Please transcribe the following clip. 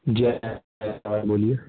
جی بولیے